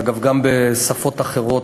אגב, גם בשפות אחרות,